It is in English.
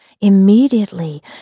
Immediately